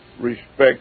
respect